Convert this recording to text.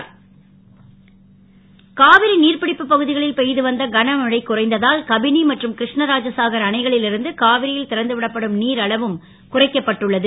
மேட்டுர் காவிரி நீர்ப்பிடிப்பு பகு களில் பெ து வந்த கனமழை குறைந்ததால் கபி மற்றும் கிரு ணராஜசாகர் அணைகளில் இருந்து காவிரி ல் றந்து விடப்படும் நீர் அளவும் குறைக்கப்பட்டு உள்ளது